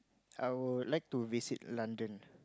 I would like to visit London